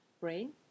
brain